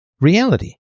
reality